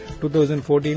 2014